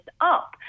up